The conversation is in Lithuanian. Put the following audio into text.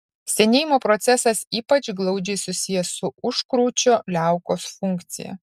senėjimo procesas ypač glaudžiai susijęs su užkrūčio liaukos funkcija